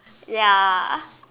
ya